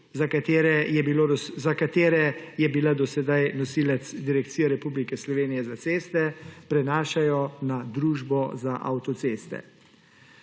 za katere je bila do sedaj nosilec Direkcija Republike Slovenije za ceste, prenašajo na družbo za avtoceste.